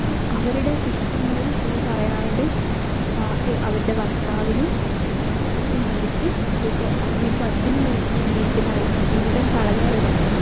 അപ്പോൾ അവരുടെ ഇഷ്ടങ്ങളെ ഒന്നും പറയാണ്ട് ഭാര്യ അവരുടെ ഭർത്താവിനും മക്കൾക്കും വേണ്ടിയിട്ട് വീട്ട് അമ്മയ്ക്കും അച്ഛനും വേണ്ടിയിട്ട് ജീവിക്കുന്ന ആൾ ജീവിതം കളഞ്ഞവരാണ്